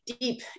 deep